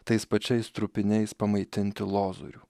tais pačiais trupiniais pamaitinti lozorių